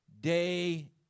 day